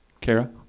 Kara